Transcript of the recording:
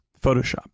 Photoshop